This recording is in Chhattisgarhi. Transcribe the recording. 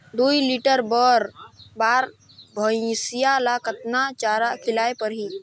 दुई लीटर बार भइंसिया ला कतना चारा खिलाय परही?